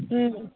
ம்